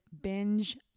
binge